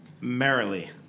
Merrily